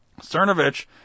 Cernovich